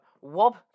Wob